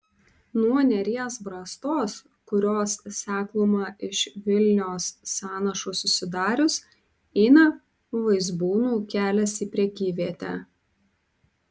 nuo neries brastos kurios sekluma iš vilnios sąnašų susidarius eina vaizbūnų kelias į prekyvietę